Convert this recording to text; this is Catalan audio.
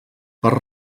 per